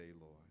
Lord